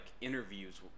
interviews